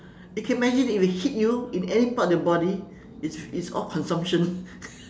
you can imagine if it hit you in any parts of your body it's it's all consumption